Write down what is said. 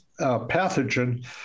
pathogen